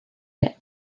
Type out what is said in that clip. yet